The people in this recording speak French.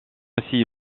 aussi